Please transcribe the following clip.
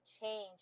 change